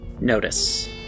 Notice